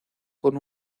con